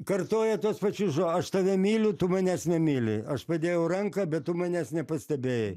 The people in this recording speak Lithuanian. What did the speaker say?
kartoja tuos pačius žo aš tave myliu tu manęs nemyli aš padėjau ranką bet tu manęs nepastebėjai